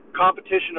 competition